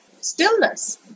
stillness